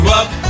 up